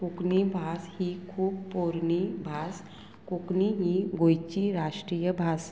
कोंकणी भास ही खूब पोरणी भास कोंकणी ही गोंयची राष्ट्रीय भास